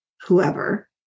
whoever